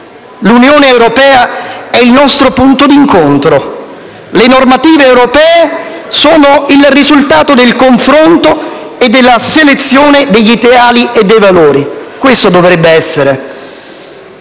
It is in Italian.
L'Unione europea è il nostro punto di incontro; le normative europee sono il risultato del confronto e della selezione degli ideali e dei valori: questo dovrebbe essere.